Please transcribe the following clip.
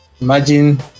imagine